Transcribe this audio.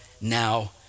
now